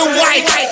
white